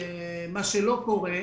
מה שלא קורה,